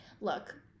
look